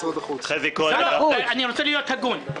אני רוצה להיות הגון: